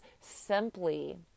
simply